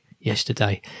yesterday